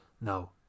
No